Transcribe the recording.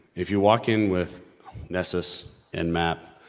if you walk in with nesses and map,